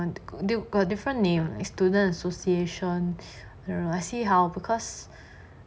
I don't know different name is student association see how because